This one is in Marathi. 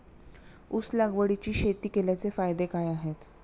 ऊस लागवडीची शेती केल्याचे फायदे काय आहेत?